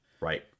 right